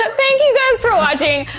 but thank you guys for watching.